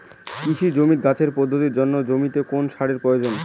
কৃষি জমিতে গাছের বৃদ্ধির জন্য জমিতে কোন সারের প্রয়োজন?